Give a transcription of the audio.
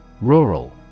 Rural